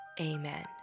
Amen